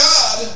God